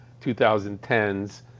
2010s